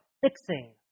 fixing